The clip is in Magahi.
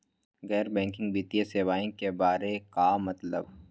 गैर बैंकिंग वित्तीय सेवाए के बारे का मतलब?